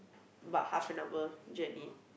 but half an hour journey